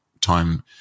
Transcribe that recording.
time